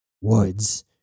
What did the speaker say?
Woods